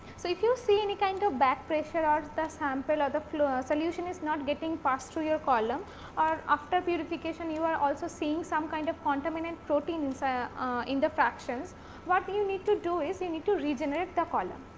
so, if you see any kind of back pressure and on the sample or the flow solution is not getting passed through your column or after purification, you are also seeing some kind of contaminant protein inside in the fractions what do you need to do is you need to regenerate the column.